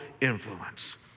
influence